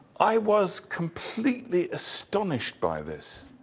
i was completely astonished by this.